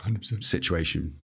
situation